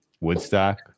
Woodstock